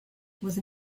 was